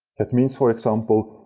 it means, for example,